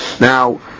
now